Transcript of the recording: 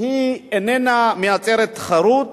איננה מייצרת תחרות.